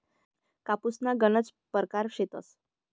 कापूसना गनज परकार शेतस